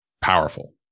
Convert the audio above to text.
powerful